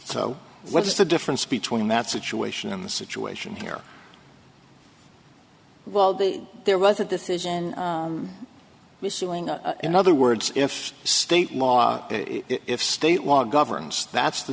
so what's the difference between that situation and the situation here well there was a decision to suing a in other words if state law if state law governs that's the